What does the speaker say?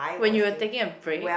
when you were taking a break